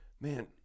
man